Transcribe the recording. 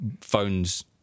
phones